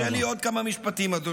תרשה לי עוד כמה משפטים, אדוני.